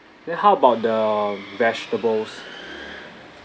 then how about the vegetables